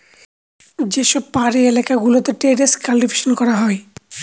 যে সব পাহাড়ি এলাকা গুলোতে টেরেস কাল্টিভেশন করা হয়